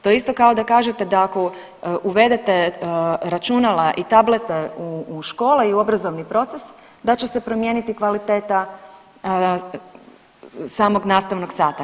To je isto kao da kažete da ako uvedete računala i tablete u škole i u obrazovni proces da će se promijeniti kvaliteta samog nastavnog sata.